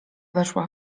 weszła